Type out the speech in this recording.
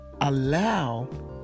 allow